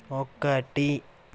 ఒకటి